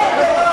מה קרה?